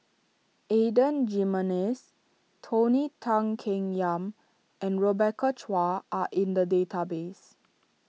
Adan Jimenez Tony Tan Keng Yam and Rebecca Chua are in the database